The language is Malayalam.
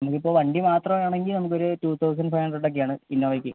നിങ്ങൾക്കിപ്പോൾ വണ്ടി മാത്രം വേണമെങ്കിൽ നമുക്കൊരു ടു തൗസൻറ്റ് ഫൈവ് ഹൺഡ്രഡ് ഒക്കെയാണ് ഇന്നോവക്ക്